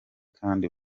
kandi